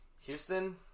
Houston